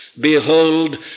Behold